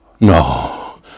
No